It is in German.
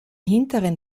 hinteren